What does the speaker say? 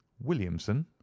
williamson